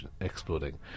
exploding